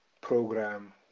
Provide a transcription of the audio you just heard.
program